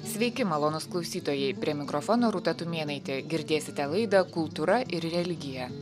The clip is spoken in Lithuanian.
sveiki malonūs klausytojai prie mikrofono rūta tumėnaitė girdėsite laidą kultūra ir religija